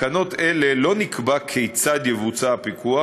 בתקנות אלה לא נקבע כיצד יבוצע הפיקוח,